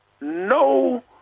no